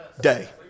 day